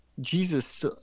jesus